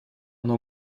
оно